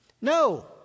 No